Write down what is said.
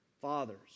Fathers